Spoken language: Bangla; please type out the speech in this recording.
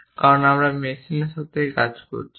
কারণ আমরা মেশিনের সাথে কাজ করছি